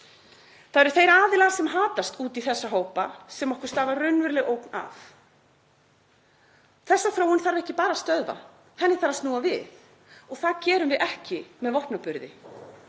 Það eru þeir aðilar sem hatast út í þessa hópa sem okkur stafar raunveruleg ógn af. Þessa þróun þarf ekki bara að stöðva. Henni þarf að snúa við. Og það gerum við ekki með vopnaburði.